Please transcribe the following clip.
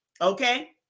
okay